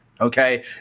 Okay